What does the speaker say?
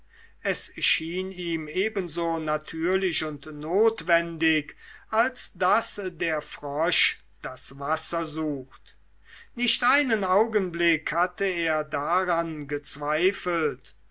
es schien ihm ebenso natürlich und notwendig als daß der frosch das wasser sucht nicht einen augenblick hatte er daran gezweifelt